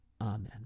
Amen